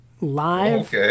live